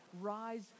rise